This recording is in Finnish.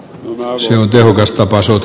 laosin ovesta paisunut